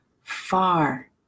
far